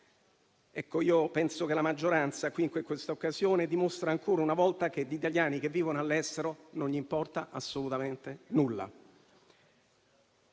vitalità. Penso che la maggioranza qui, in questa occasione, dimostri ancora una volta che degli italiani che vivono all'estero non le importa assolutamente nulla.